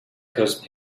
cause